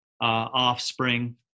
offspring